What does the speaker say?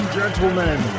gentlemen